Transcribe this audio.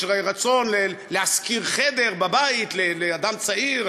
יש רצון להשכיר חדר בבית לאדם צעיר,